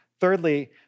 Thirdly